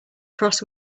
cross